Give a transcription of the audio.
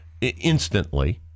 instantly